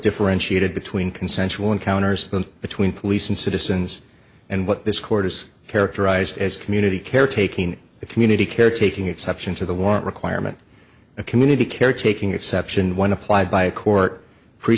differentiated between consensual encounters between police and citizens and what this quarter's characterized as community care taking the community care taking exception to the warrant requirement of community care taking exception when applied by a court pre